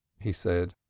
he said,